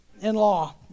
in-law